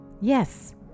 Yes